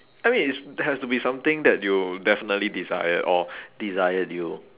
I mean it's has to be something that you definitely desire or desired you